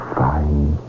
fine